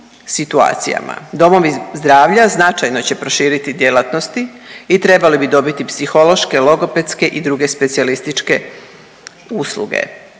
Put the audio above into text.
Domovi zdravlja značajno će proširiti djelatnosti i trebali bi dobiti psihološke, logopedske i druge specijalističke usluge.